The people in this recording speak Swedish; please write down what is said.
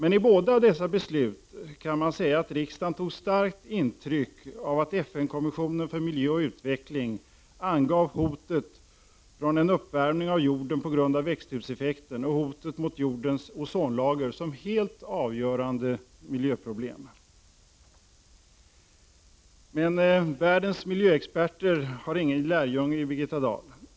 I båda dessa beslut kan man säga att riksdagen tog starkt intryck av att FN-kommissionen för miljö och utveckling angav hotet från en uppvärmning av jorden på grund av växthuseffekten och hotet mot jordens ozonlager som helt avgörande miljöproblem. Världens miljöexperter har dock ingen lärjunge i Birgitta Dahl.